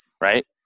Right